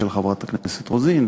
של חברת הכנסת רוזין,